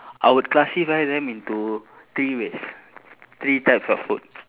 I would classify them into three ways three types of food